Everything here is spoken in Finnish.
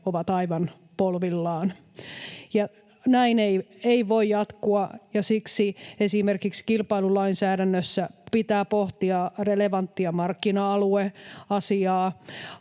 ovat aivan polvillaan. Näin ei voi jatkua, ja siksi esimerkiksi kilpailulainsäädännössä pitää pohtia relevanttia markkina-alueasiaa.